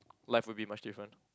life would be much different